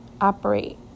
operate